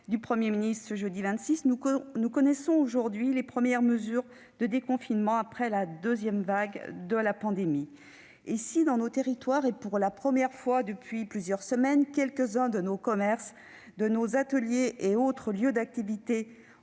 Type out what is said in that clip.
du Premier ministre le jeudi 26, nous connaissons aujourd'hui les premières mesures de déconfinement après la deuxième vague de la pandémie. Si, dans nos territoires, et pour la première fois depuis plusieurs semaines, quelques-uns de nos commerces, de nos ateliers et autres lieux d'activité